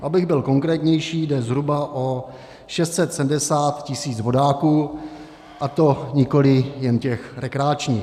Abych byl konkrétnější, jde zhruba o 670 tisíc vodáků, a to nikoli jen těch rekreačních.